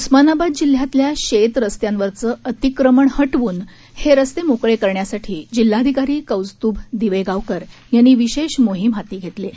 उस्मानाबाद जिल्ह्यातल्या शेत रस्त्यांवरचं अतिक्रमण हटवून हे रस्त मोकळे करायसाठी जिल्हाधिकारी कौस्तुभ दिवेगावकर यांनी विशेष मोहीत हाती घेतलेय